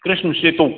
Krishna Setu